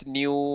new